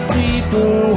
people